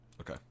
Okay